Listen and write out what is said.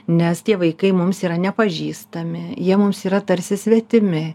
nes tie vaikai mums yra nepažįstami jie mums yra tarsi svetimi